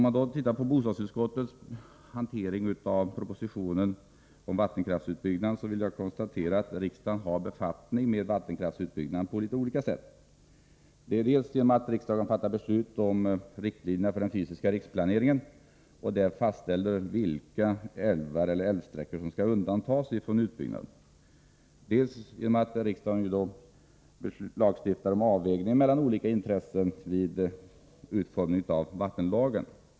Vad gäller bostadsutskottets hantering av propositionen om vattenkraftsutbyggnaden vill jag konstatera att riksdagen har befattning med vattenkraftsutbyggnaden på olika sätt. Riksdagen fattar beslut om riktlinjer för den fysiska riksplaneringen och fastställer att vissa älvar eller älvsträckor skall undantas från utbyggnad. Riksdagen lagstiftar vidare om avvägningen mellan olika intressen vid beslut enligt vattenlagen.